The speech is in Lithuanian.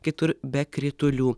kitur be kritulių